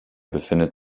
befindet